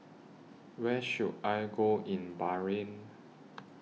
Where should I Go in Bahrain